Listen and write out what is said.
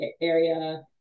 area